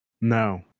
No